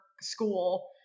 school